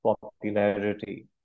popularity